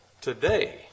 Today